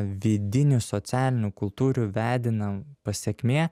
vidinių socialinių kultūrių vedina pasekmė